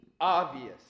obvious